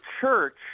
church